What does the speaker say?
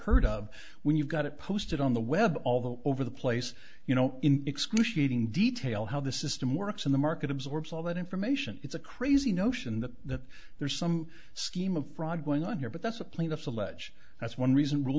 heard of when you've got it posted on the web all the over the place you know in excruciating detail how the system works and the market absorbs all that information it's a crazy notion that there's some scheme of fraud going on here but that's the plaintiffs allege that's one reason r